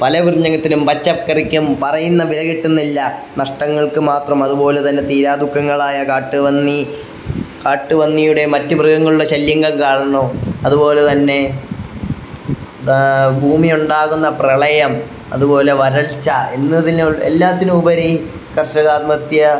പല പലവ്യഞ്ജനങ്ങൾക്കും പച്ചക്കറിക്കും പറയുന്ന വില കിട്ടുന്നില്ല നഷ്ടങ്ങൾക്ക് മാത്രം അത്പോലെ തന്നെ തീരാ ദുഃഖങ്ങളായ കാട്ട് പന്നി കാട്ട് പന്നിയുടെ മറ്റ് മൃഗങ്ങളുടെ ശല്യങ്ങൾ കാരണവും അത്പോലെ തന്നെ ഭൂമിയിൽ ഉണ്ടാകുന്ന പ്രളയം അത്പോലെ വരൾച്ച എന്നതിന് എല്ലാത്തിനും ഉപരി കർഷക ആത്മഹത്യ